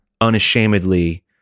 unashamedly